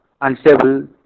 unstable